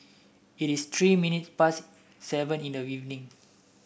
it is three minutes past seven in the evening